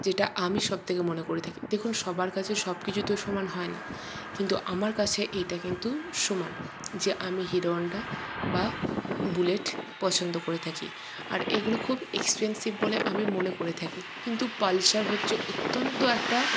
যেটা আমি সবথেকে মনে করে থাকি দেখুন সবার কাছে সব কিছু তো সমান হয় না কিন্তু আমার কাছে এটা কিন্তু সমান যে আমি হিরো হন্ডা বা বুলেট পছন্দ করে থাকি আর এগুলো খুব এক্সপেনসিভ বলে আমি মনে করে থাকি কিন্তু পালসার হচ্ছে অত্যন্ত একটা